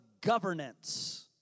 governance